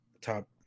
top